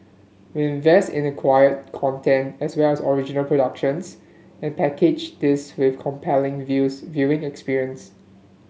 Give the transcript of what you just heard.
we invest in acquired content as well as original productions and package this with compelling viewing experience